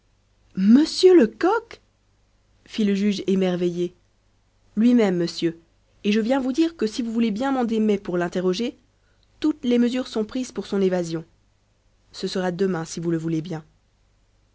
monsieur lecoq fit le juge émerveillé lui-même monsieur et je viens vous dire que si vous voulez bien mander mai pour l'interroger toutes les mesures sont prises pour son évasion ce sera demain si vous le voulez bien